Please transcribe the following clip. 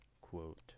quote